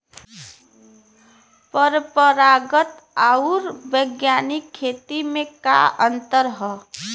परंपरागत आऊर वैज्ञानिक खेती में का अंतर ह?